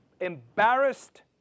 embarrassed